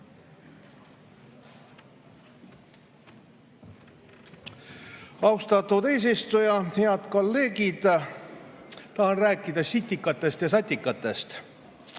Austatud eesistuja! Head kolleegid! Tahan rääkida sitikatest ja satikatest.